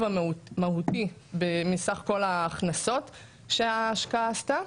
המהותי מסך כל ההכנסות שההשקעה עשתה,